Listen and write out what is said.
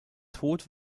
tod